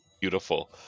beautiful